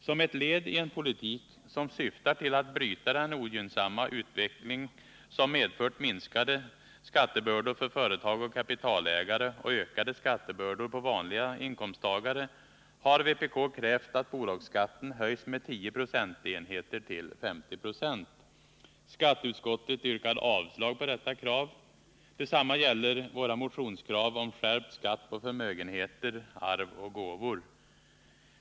Som ett led i en politik som syftar till att bryta den ogynnsamma utveckling, som medfört minskade skattebördor för företag och kapitalägare och ökade skattebördor för vanliga inkomsttagare, har vpk krävt att bolagsskatten höjs med 10 procentenheter till 50 26. Skatteutskottet yrkar avslag på detta krav. Detsamma gäller våra motionskrav om skärpt skatt på förmögenheter, arv och gåvor.